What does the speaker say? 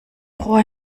rohr